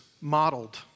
modeled